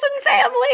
family